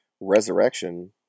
resurrection